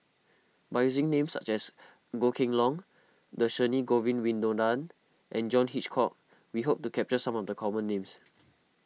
by using names such as Goh Kheng Long Dhershini Govin Winodan and John Hitchcock we hope to capture some of the common names